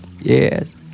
Yes